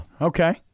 Okay